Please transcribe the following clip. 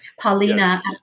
Paulina